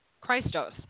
Christos